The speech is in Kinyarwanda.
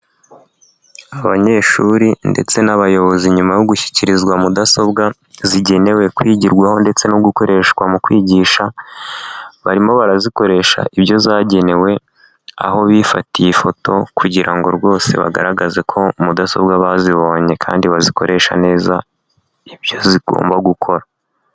Abanyeshuri ndetse n'abayobozi nyuma yo gushyikirizwa mudasobwa zigenewe kwigirwaho ndetse no gukoreshwa mu kwigisha barimo barazikoresha ibyo zagenewe aho bifatiye ifoto kugira ngo rwose bagaragaze ko mudasobwa bazibonye kandi bazikoresha neza ibyo zigomba gukora.